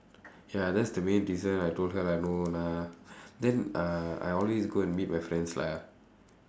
ya that's the main reason I told her lah no lah then uh I always go and meet with my friends lah